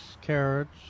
carrots